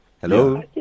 Hello